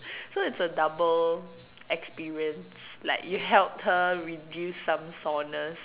so it's a double experience like you helped her reduce some soreness